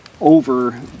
over